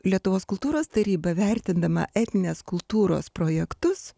lietuvos kultūros taryba vertindama etninės kultūros projektus